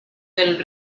del